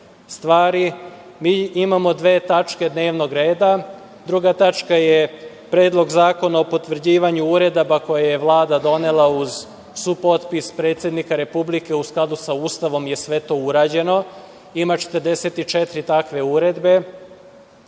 stvari, mi imamo dve tačke dnevnog reda. Druga tačka je Predlog zakona o potvrđivanju uredaba koje je Vlada donela uz supotpis predsednika Republike. U skladu sa Ustavom je sve to urađeno. Ima 44 takve uredbe